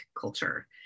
culture